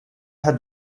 had